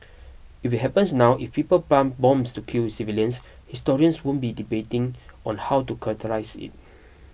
if it happens now if people plant bombs to kill civilians historians won't be debating on how to characterise it